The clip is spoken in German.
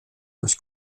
durch